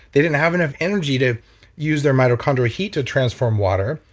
they didn't have enough energy to use their mitochondria heat to transform water,